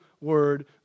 word